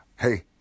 Hey